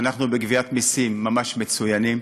אנחנו בגביית מסים ממש מצוינים.